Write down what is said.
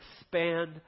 expand